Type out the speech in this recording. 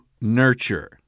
nurture